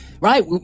right